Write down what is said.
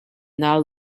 not